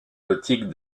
gothiques